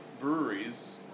breweries